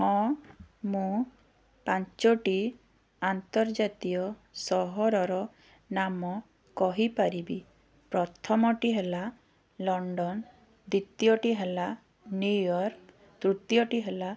ହଁ ମୁଁ ପାଞ୍ଚଟି ଅନ୍ତର୍ଜାତୀୟ ସହରର ନାମ କହିପାରିବି ପ୍ରଥମଟି ହେଲା ଲଣ୍ଡନ ଦ୍ୱିତୀୟଟି ହେଲା ନ୍ୟୁୟର୍କ ତୃତିୟଟି ହେଲା